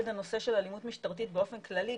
הנושא של אלימות משטרתית באופן כללי,